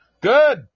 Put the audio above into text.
Good